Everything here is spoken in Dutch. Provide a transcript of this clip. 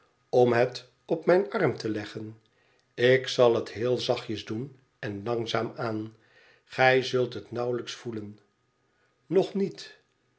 om het op mijn arm te leggen ikzalhethed zachtjes doen en langzaam aan gij zult het nauwelijks voelen nog niet